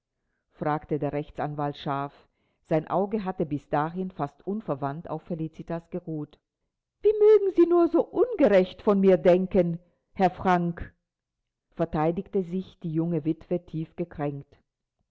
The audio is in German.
fragte der rechtsanwalt scharf sein auge hatte bis dahin fast unverwandt auf felicitas geruht wie mögen sie nur so ungerecht von mir denken herr frank verteidigte sich die junge witwe tief gekränkt